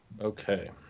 Okay